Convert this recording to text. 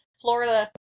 Florida